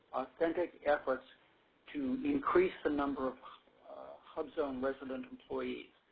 authentic efforts to increase the number of hubzone resident employees.